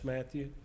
Matthew